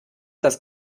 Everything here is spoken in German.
das